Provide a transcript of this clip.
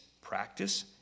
practice